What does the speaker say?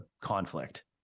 conflict